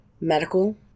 medical